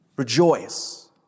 Rejoice